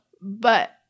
But-